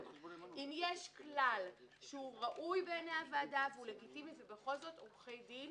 אם יש כלל שהוא ראוי בעיניי הוועדה והוא לגיטימי ובכל זאת עורכי דין